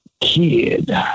kid